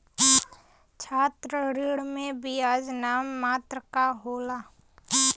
छात्र ऋण पे बियाज नाम मात्र क होला